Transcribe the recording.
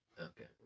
Okay